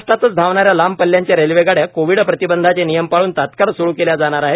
महाराष्ट्रातच धावणाऱ्या लांब पल्ल्याच्या रेल्वेगाड्या कोविड प्रतिबंधाचे नियम पाळ्न तात्काळ स्रु केल्या जाणार आहेत